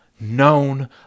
known